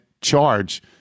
charge